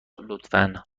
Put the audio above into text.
لطفا